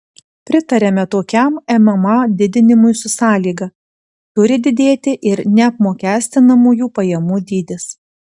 pritariame tokiam mma didinimui su sąlyga turi didėti ir neapmokestinamųjų pajamų dydis